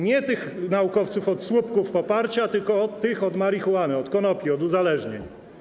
Nie tych naukowców od słupków poparcia, tylko tych od marihuany, od konopi, od uzależnień.